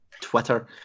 Twitter